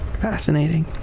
Fascinating